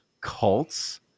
cults